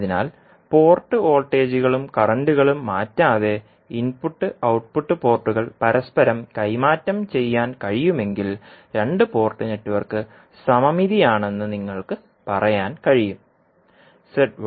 അതിനാൽ പോർട്ട് വോൾട്ടേജുകളും കറൻറുകളും മാറ്റാതെ ഇൻപുട്ട് ഔട്ട്പുട്ട് പോർട്ടുകൾ പരസ്പരം കൈമാറ്റം ചെയ്യാൻ കഴിയുമെങ്കിൽ രണ്ട് പോർട്ട് നെറ്റ്വർക്ക് സമമിതിയാണെന്ന് നിങ്ങൾക്ക് പറയാൻ കഴിയും